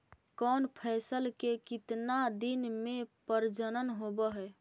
कौन फैसल के कितना दिन मे परजनन होब हय?